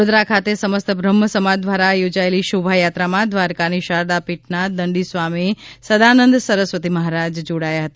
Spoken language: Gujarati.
વડોદરા ખાતે સમસ્ત બ્રહ્મસમાજ દ્વારા યોજાયેલી શોભાયાત્રામાં દ્વારકાની શારદાપીઠના દંડીસ્વામી સદાનંદ સરસ્વતી મહારાજ જોડાયા હતા